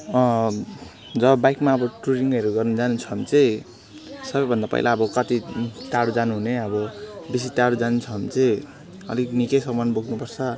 जब बाइकमा अब टुरिङहरू गर्नु जानु छ भने चाहिँ सबैभन्दा पहिला अब कति टाढा जानुहुने अब बेसी टाढा जानु छ भने चाहिँ अलिक निकै सामान बोक्नु पर्छ